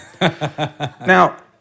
Now